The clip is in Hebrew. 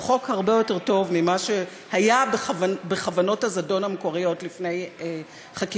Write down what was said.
הוא חוק הרבה יותר טוב ממה שהיה בכוונות הזדון המקוריות לפני חקיקתו.